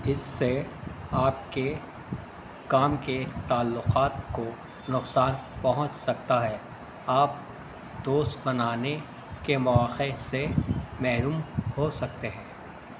اس سے آپ کے کام کے تعلقات کو نقصان پہنچ سکتا ہے آپ دوست بنانے کے مواقع سے محروم ہو سکتے ہیں